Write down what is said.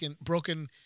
broken